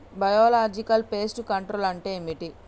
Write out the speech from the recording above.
Biological pest control అంటే ఏమిటి?